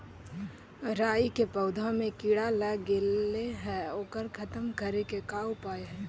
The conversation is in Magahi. राई के पौधा में किड़ा लग गेले हे ओकर खत्म करे के का उपाय है?